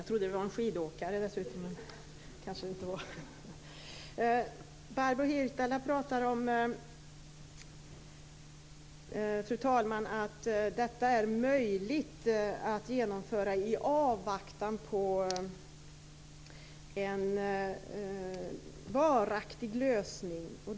Fru talman! Barbro Hietala Nordlund talar om att detta är möjligt att genomföra i avvaktan på en varaktig lösning.